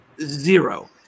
Zero